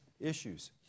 issues